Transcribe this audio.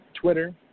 Twitter